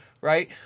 right